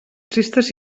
tristes